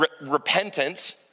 repentance